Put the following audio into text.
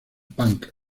punk